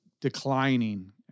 declining